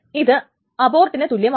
അത് അബോർട്ടിന് തുല്യമാണ്